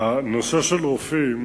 נושא הרופאים